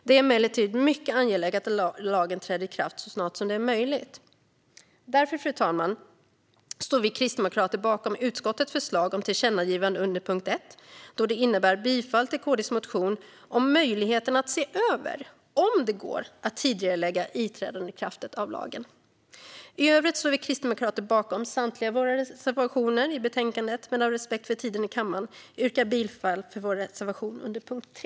Det är emellertid mycket angeläget att lagen träder i kraft så snart som möjligt. Därför, fru talman, står vi kristdemokrater bakom utskottets förslag om tillkännagivande under punkt 1, då det innebär bifall till KD:s motion om möjligheten att se över om det går att tidigarelägga ikraftträdandet av lagen. I övrigt står vi kristdemokrater bakom samtliga våra reservationer i betänkandet, men av respekt för tiden i kammaren yrkar jag bifall enbart till vår reservation 1 under punkt 3.